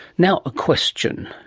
now a question,